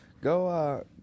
Go